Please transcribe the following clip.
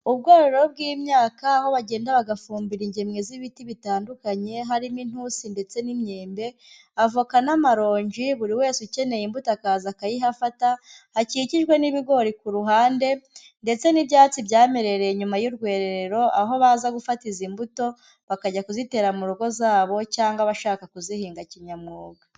Ubwororo bw'imyaka aho bagenda bagafumbira ingemwe z'ibiti bitandukanye harimo intusi ndetse n'imyembe, avoka n'amaronji, buri wese ukeneye imbuto akaza akayihafata, hakikijwe n'ibigori ku ruhande ndetse n'ibyatsi byamerereye inyuma y'urwererero, aho baza gufata izi mbuto bakajya kuzitera mu rugo zabo cyangwa abashaka kuzihinga kinyamwuga.